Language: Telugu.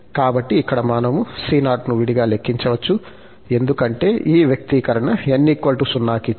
కాబట్టి ఇక్కడ మనము c0 ను విడిగా లెక్కించవచ్చు ఎందుకంటే ఈ వ్యక్తీకరణ n0 కి చెల్లదు